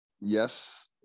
yes